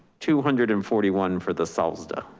two hundred and forty one for the salsa.